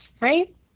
Right